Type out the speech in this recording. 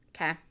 Okay